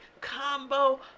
combo